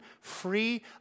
free